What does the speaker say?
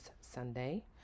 Sunday